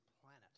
planet